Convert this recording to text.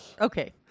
Okay